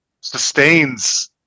sustains